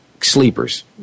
sleepers